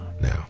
Now